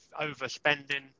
overspending